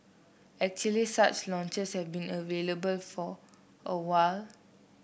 actually such lounges have been available for a while